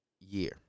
year